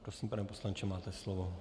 Prosím, pane poslanče, máte slovo.